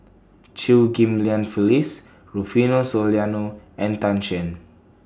Chew Ghim Lian Phyllis Rufino Soliano and Tan Shen